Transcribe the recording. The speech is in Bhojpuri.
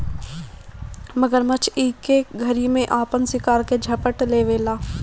मगरमच्छ एके घरी में आपन शिकार के झपट लेवेला